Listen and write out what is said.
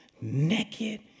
naked